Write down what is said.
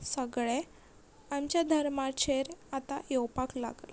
सगळें आमच्या धर्माचेर आतां येवपाक लागलां